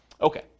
Okay